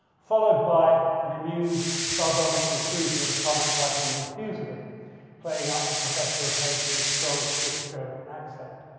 followed by an amused sardonic inclusion of a comment by henry fuseli playing up the professor of painting strong swiss german accent.